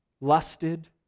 lusted